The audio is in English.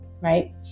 right